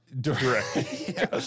Direct